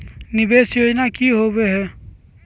निवेस योजना की होवे है?